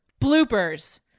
Bloopers